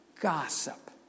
gossip